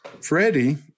Freddie